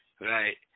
right